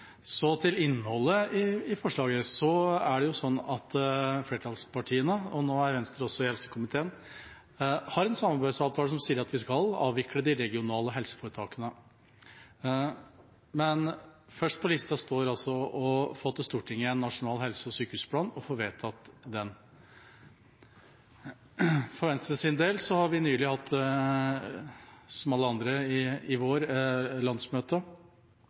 Så til innholdet i forslaget. Det er sånn at flertallspartiene, og nå er Venstre også i helsekomiteen, har en samarbeidsavtale som sier at vi skal avvikle de regionale helseforetakene. Men først på lista står å få til Stortinget en nasjonal helse- og sykehusplan, og få vedtatt den. For Venstres del har vi nylig hatt landsmøte, som alle andre i vår.